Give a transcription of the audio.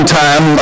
time